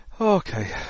Okay